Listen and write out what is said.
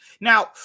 Now